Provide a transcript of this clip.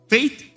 Faith